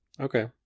Okay